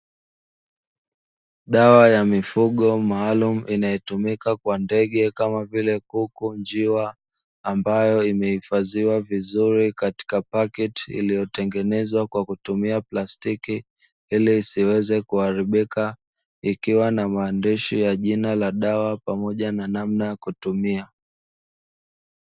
Dawa ya mifugo maalumu inayotumika kwa ndege kama vile; kuku, njiwa, ambayo imehifadhiwa vizuri katika pakiti, iliyotengenezwa kwa kutumia plastiki, ili isiweze kuharibika, ikiwa na maandishi ya jina ya dawa pamoja na namna ya kutumia.